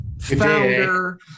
founder